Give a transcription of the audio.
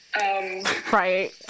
Right